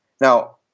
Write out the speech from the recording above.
Now